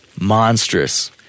monstrous